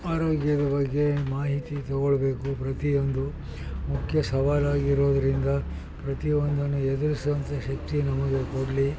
ಆರೋಗ್ಯದ ಬಗ್ಗೆ ಮಾಹಿತಿ ತೊಗೊಳ್ಬೇಕು ಪ್ರತಿ ಒಂದು ಮುಖ್ಯ ಸವಾಲಾಗಿರುವುದರಿಂದ ಪ್ರತಿಯೊಂದನ್ನೂ ಎದುರಿಸುವಂಥ ಶಕ್ತಿ ನಮಗೆ ಕೊಡಲಿ